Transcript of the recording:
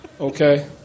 Okay